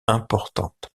importante